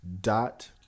dot